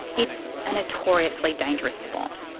it's a notoriously dangerous spot,